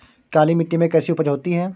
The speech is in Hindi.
काली मिट्टी में कैसी उपज होती है?